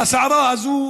על הסערה הזאת